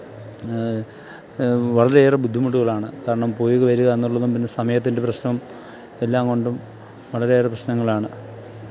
വളരെയേറെ ബുദ്ധിമുട്ടുകളാണ് കാരണം പോയി വരിക എന്നുള്ളതും പിന്നെ സമയത്തിൻ്റെ പ്രശ്നം എല്ലാം കൊണ്ടും വളരെയേറെ പ്രശ്നങ്ങളാണ്